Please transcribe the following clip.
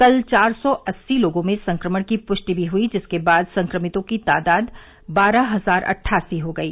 कल चार सौ अस्सी लोगों में संक्रमण की पुष्टि भी हुई जिसके बाद संक्रमितों की तादाद बारह हजार अट्ठासी हो गयी